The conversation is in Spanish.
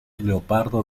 leopardo